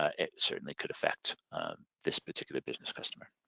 ah it certainly could affect this particular business customer.